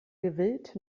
gewillt